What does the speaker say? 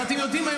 ואתם יודעים מה?